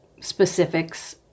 specifics